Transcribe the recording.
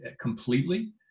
completely